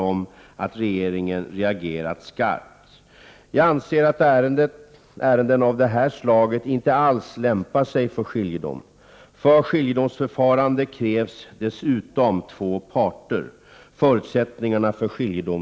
Om oklarhet föreligger om ubåtskränkningarna, är försvarsministern beredd att överlämna frågan till internationell skiljedom?